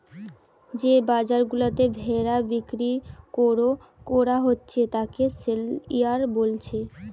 যে বাজার গুলাতে ভেড়া বিক্রি কোরা হচ্ছে তাকে সেলইয়ার্ড বোলছে